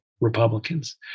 Republicans